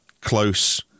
close